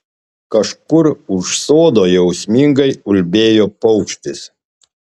kažkur už sodo jausmingai ulbėjo paukštis